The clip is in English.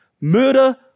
murder